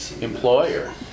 employer